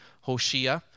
Hoshea